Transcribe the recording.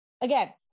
Again